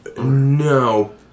No